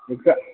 இப்போ